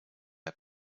der